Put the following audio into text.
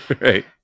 right